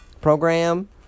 Program